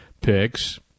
picks